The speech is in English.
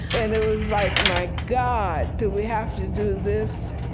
and it was like, my god, do we have to do this?